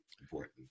important